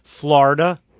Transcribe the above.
Florida